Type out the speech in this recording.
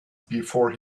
before